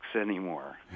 anymore